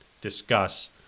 discuss